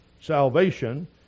salvation